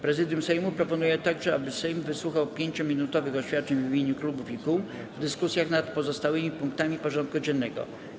Prezydium Sejmu proponuje także, aby Sejm wysłuchał 5-minutowych oświadczeń w imieniu klubów i kół w dyskusjach nad pozostałymi punktami porządku dziennego.